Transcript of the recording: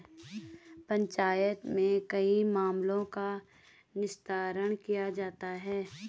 पंचायत में कई मामलों का निस्तारण किया जाता हैं